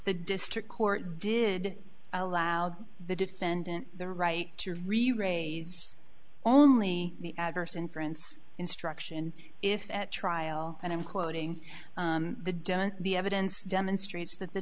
the district court did allow the defendant the right to reraise only the adverse inference instruction if at trial and i'm quoting the don't the evidence demonstrates that the